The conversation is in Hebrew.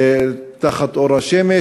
תחת אור השמש.